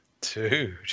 Dude